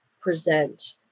present